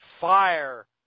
fire